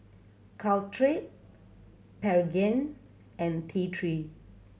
Caltrate Pregain and T Three